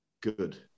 good